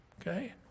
Okay